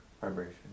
Vibration